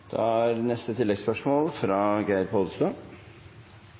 Da er det